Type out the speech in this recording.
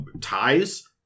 Ties